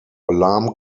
alarm